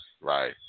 Right